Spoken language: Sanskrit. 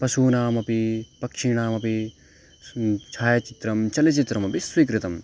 पशूनामपि पक्षिणामपि छायचित्रं चलचित्रमपि स्वीकृतम्